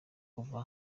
kuva